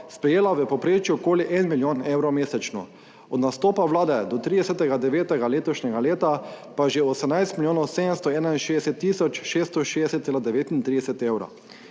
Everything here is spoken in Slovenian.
sprejela v povprečju okoli 1 milijon evrov mesečno, od nastopa vlade do 30. 9. letošnjega leta pa že 18 milijonov 761.660,39 evrov.